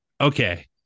Okay